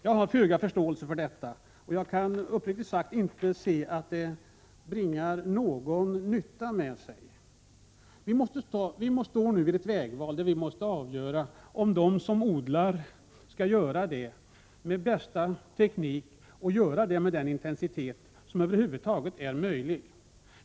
Jag har föga förståelse för detta, och jag kan uppriktigt sagt inte se att det bringar någon nytta med sig. Vistår nu vid ett vägval, där vi måste avgöra om de som odlar skall göra det med den bästa teknik och med den intensitet som är möjlig.